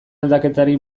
aldaketari